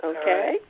Okay